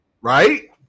Right